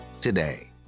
today